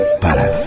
Para